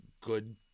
good